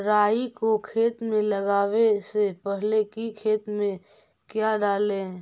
राई को खेत मे लगाबे से पहले कि खेत मे क्या डाले?